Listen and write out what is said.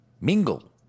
mingle